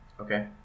Okay